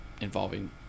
involving